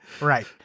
Right